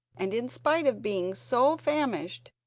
and, in spite of being so famished,